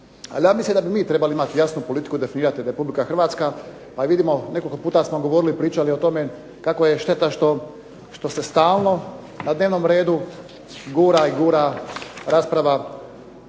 Ali ja mislim da bi mi trebali imati jasnu politiku i definirati Republika Hrvatska, a i vidimo, nekoliko puta smo govorili, pričali o tome kako je šteta što se stalno na dnevnom redu gura i gura rasprava